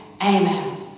Amen